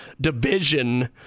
division